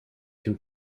can